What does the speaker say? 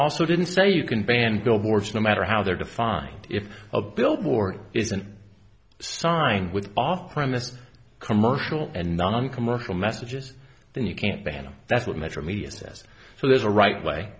also didn't say you can ban billboards no matter how they are defined if a billboard isn't signed with off premise commercial and noncommercial messages then you can't ban them that's what metromedia says so there's a right way